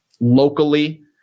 Locally